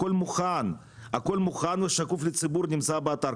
הכל מוכן ושקוף לציבור ונמצא באתר.